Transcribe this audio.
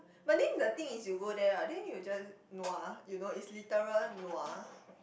but then the thing is you go there hor then you just nua you know it's literal nua